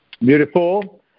Beautiful